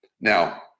Now